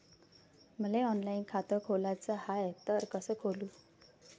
मले ऑनलाईन खातं खोलाचं हाय तर कस खोलू?